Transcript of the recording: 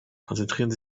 konzentrieren